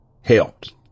helped